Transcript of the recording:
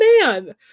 man